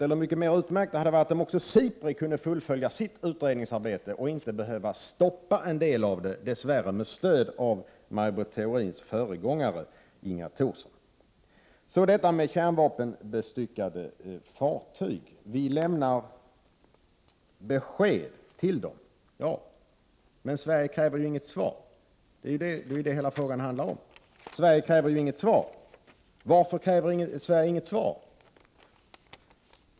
Men det hade varit ännu mer utmärkt om också SIPRI kunde fullfölja sitt utredningsarbete i stället för att tvingas stoppa en del av det, dess värre med stöd av Maj Britt Theorins föregångare Inga Thorsson. Så till frågan om kärnvapenbestyckade fartyg. Vi lämnar besked till dem. Ja, men Sverige kräver ju inget svar; det är ju det hela frågan handlar om. Varför kräver då Sverige inget svar?